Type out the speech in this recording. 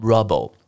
Rubble